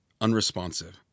unresponsive